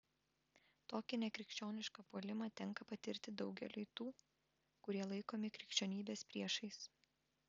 tokį nekrikščionišką puolimą tenka patirti daugeliui tų kurie laikomi krikščionybės priešais